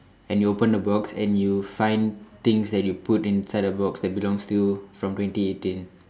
and you open the box and you find things that you put inside the box that belongs to you from twenty eighteen